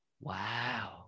Wow